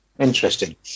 Interesting